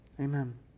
Amen